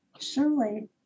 surely